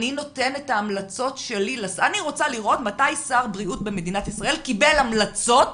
אני רוצה לראות מתי שר בריאות במדינת ישראל קיבל המלצות